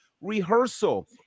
rehearsal